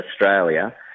Australia